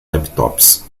laptops